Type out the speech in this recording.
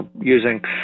using